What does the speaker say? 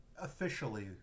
officially